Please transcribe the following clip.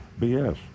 BS